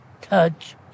touch